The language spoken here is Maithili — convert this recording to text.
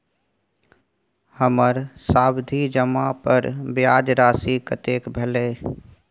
हमर सावधि जमा पर ब्याज राशि कतेक भेल?